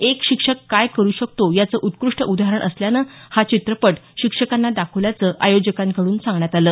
एक शिक्षक काय करू शकतो याचं उत्कृष्ट उदाहरण असल्यानं हा चित्रपट शिक्षकांना दाखवल्याचं आयोजकांकडून सांगण्यात आलं